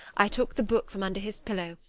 i took the book from under his pillow,